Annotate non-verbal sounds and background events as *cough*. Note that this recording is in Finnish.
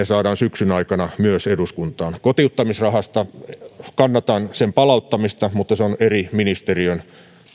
*unintelligible* saadaan syksyn aikana myös eduskuntaan kotiuttamisrahasta kannatan sen palauttamista mutta se on eri ministeriön